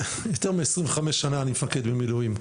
יותר מ-25 שנה אני מפקד על חיילי מילואים בפועל,